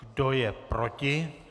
Kdo je proti?